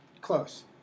Close